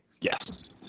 Yes